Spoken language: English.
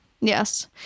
Yes